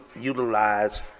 utilize